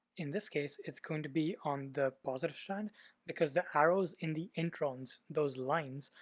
in this case, it's going to be on the positive strand because the arrows in the introns, those lines,